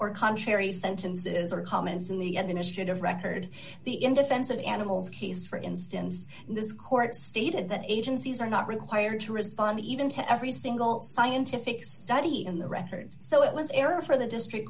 or contrary sentences or comments in the end in history of record the in defense of animals case for instance this court stated that agencies are not required to respond even to every single scientific study in the record so it was error for the district